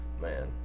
Man